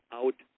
out